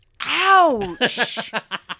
ouch